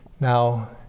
Now